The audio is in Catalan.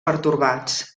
pertorbats